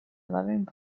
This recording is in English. loving